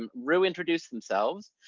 um roo introduced themselves.